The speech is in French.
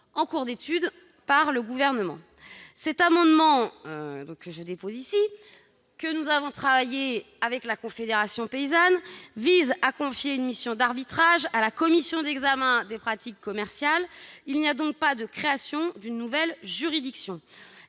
en cours d'étude par le Gouvernement. Cet amendement, que nous avons travaillé avec la Confédération paysanne, vise à confier une mission d'arbitrage à la Commission d'examen des pratiques commerciales ; il n'y a donc pas création d'une nouvelle juridiction.